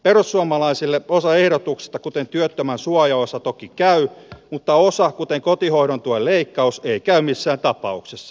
perussuomalaisille osa ehdotuksista kuten työttömän suojaosa toki käy mutta osa kuten kotihoidon tuen leikkaus ei käy missään tapauksessa